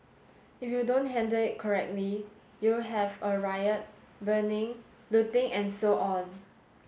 if you don't handle it correctly you'll have a riot burning looting and so on